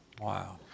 Wow